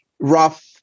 rough